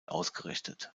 ausgerichtet